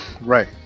Right